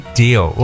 deal